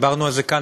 דיברנו על זה כאן,